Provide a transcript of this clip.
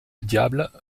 diable